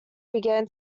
began